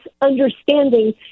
understanding